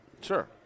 Sure